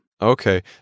Okay